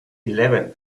eleven